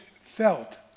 felt